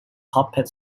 cockpit